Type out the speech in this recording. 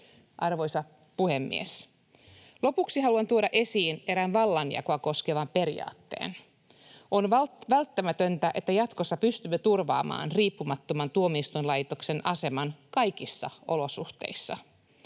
Arvoisa puhemies! Lopuksi haluan tuoda esiin erään vallanjakoa koskevan periaatteen. On välttämätöntä, että jatkossa pystymme turvaamaan riippumattoman tuomioistuinlaitoksen aseman kaikissa olosuhteissa.